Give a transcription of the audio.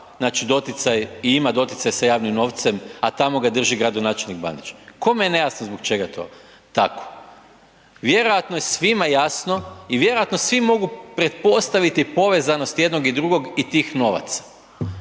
i ima doticaj sa javnim novcem, a tamo ga drži gradonačelnik Bandić. Kome je nejasno zbog čega to tako? Vjerojatno je svima jasno i vjerojatno svi mogu pretpostaviti jednog i drugog i tih novaca.